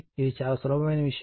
ఇది చాలా సులభమైన విషయం